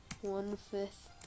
one-fifth